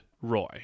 Roy